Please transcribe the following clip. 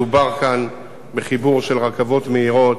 מדובר כאן בחיבור של רכבות מהירות.